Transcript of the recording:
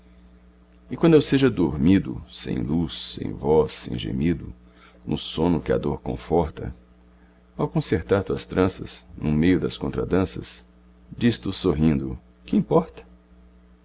e quando eu seja dormido sem luz sem voz sem gemido no sono que a dor conforta ao concertar tuas tranças no meio das contradanças diz tu sorrindo quimporta